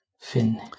Finn